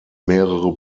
mehrere